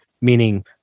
meaning